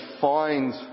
find